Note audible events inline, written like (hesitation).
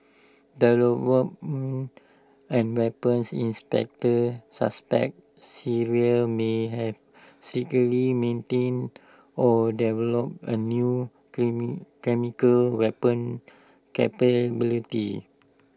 (unintelligible) (hesitation) and weapons inspectors suspect Syria may have secretly maintained or developed A new (unintelligible) chemical weapons capability